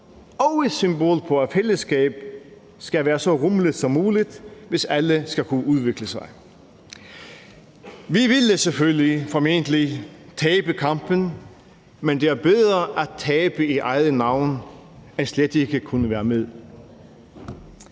et symbol på, at fællesskab skal være så rummeligt som muligt, hvis alle skal kunne udvikle sig. Vi ville selvfølgelig formentlig tabe kampen, men det er bedre at tabe i eget navn end slet ikke at kunne være med.